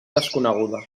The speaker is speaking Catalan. desconeguda